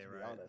right